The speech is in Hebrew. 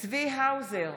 צבי האוזר,